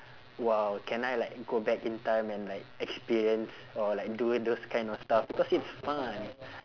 !wow! can I like go back in time and like experience or like do those kind of stuff because it's fun